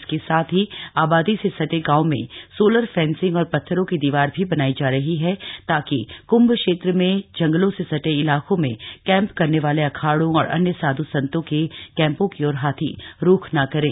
इसके साथ ही आबादी से सटे गांव में सोलर फेंसिंग और पत्थरों की दीवार भी बनाई जा रही है ताकि कृंभ क्षेत्र में जंगलों से सटे इलाकों में कैंप करने वाले अखाड़ों और अन्य साध् संतों के कैंपों की ओर हाथी रुख न करें